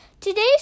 Today's